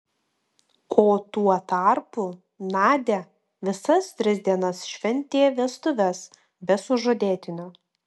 o tuo tarpu nadia visas tris dienas šventė vestuves be sužadėtinio